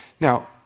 Now